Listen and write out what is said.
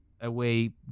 away